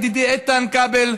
ידידי איתן כבל,